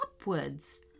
upwards